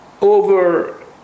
over